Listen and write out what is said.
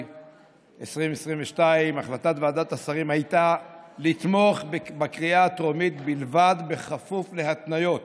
2022. החלטת ועדת השרים הייתה לתמוך בקריאה הטרומית בלבד כפוף להתניות.